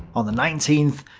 on the nineteenth,